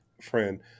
friend